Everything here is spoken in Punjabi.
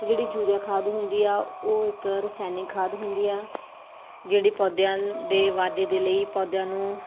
ਅਤੇ ਜਿਹੜੀ ਯੂਰੀਆ ਖਾਦ ਹੁੰਦੀ ਆ ਉਹ ਇੱਕ ਰਸਾਇਣਿਕ ਖਾਦ ਹੁੰਦੀ ਆ ਜਿਹੜੀ ਪੌਦਿਆਂ ਦੇ ਵਾਧੇ ਦੇ ਲਈ ਪੌਦਿਆਂ ਨੂੰ